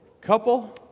Couple